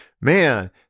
Man